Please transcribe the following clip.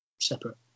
separate